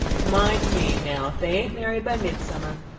mind me, now, if they an't married by mid-summer.